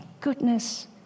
goodness